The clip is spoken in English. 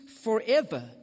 forever